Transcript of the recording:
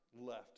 left